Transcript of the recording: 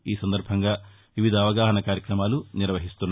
ఈ సందర్భంగా వివిధ అవగాహనా కార్యక్రమాలు నిర్వహిస్తున్నారు